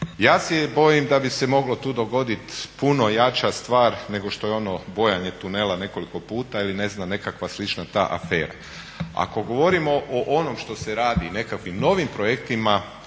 ja se bojim da bi se moglo tu dogoditi puno jača stvar nego što je ono bojanje tunela nekoliko puta ili ne znam nekakva slična ta afera. Ako govorimo o onom što se radi i nekakvim novim projektima,